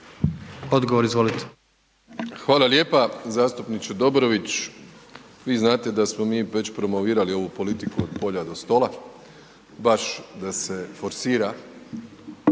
Andrej (HDZ)** Hvala lijepa. Zastupniče Dobrović, vi znate da smo mi već promovirali ovu politiku od polja do stola, baš da se forsira